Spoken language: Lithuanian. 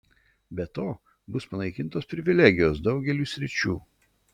be to bus panaikintos privilegijos daugeliui sričių